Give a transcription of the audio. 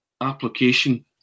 application